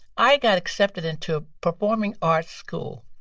i got accepted into a performing arts school.